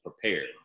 prepared